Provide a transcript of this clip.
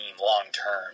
long-term